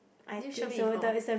did you show me before